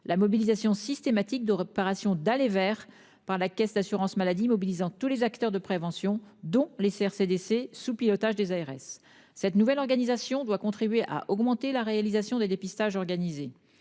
la mobilisation systématique de réparation d'aller vers par la caisse d'assurance maladie mobilisant tous les acteurs de prévention dont les serres CDC sous pilotage des ARS cette nouvelle organisation doit contribuer à augmenter la réalisation des dépistages organisés